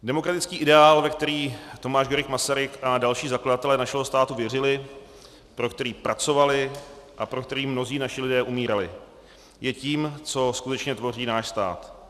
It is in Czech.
Demokratický ideál, ve který Tomáš Garrigue Masaryk a další zakladatelé našeho státu věřili, pro který pracovali a pro který mnozí naši lidé umírali, je tím, co skutečně tvoří náš stát.